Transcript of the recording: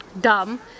dumb